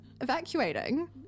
evacuating